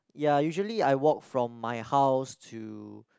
ya usually I walk from my house to